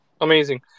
Amazing